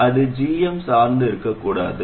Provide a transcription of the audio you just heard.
அது gm சார்ந்து இருக்கக்கூடாது